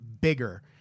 bigger